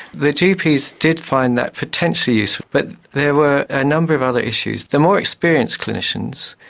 the gps did find that potentially useful, but there were a number of other issues. the more experienced clinicians,